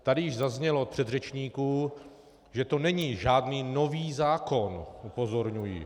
Tady již zaznělo od předřečníků, že to není žádný nový zákon, upozorňuji.